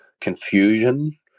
confusion